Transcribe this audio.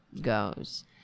goes